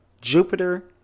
Jupiter